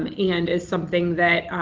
and and it's something that,